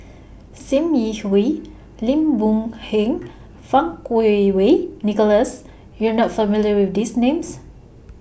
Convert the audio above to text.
SIM Yi Hui Lim Boon Heng and Fang Kuo Wei Nicholas YOU Are not familiar with These Names